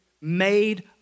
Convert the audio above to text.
made